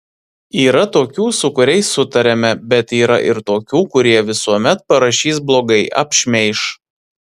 yra tokių su kuriais sutariame bet yra ir tokių kurie visuomet parašys blogai apšmeiš